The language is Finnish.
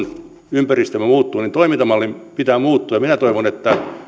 kun maailma muuttuu kun ympäristömme muuttuu niin toimintamallin pitää muuttua minä toivon että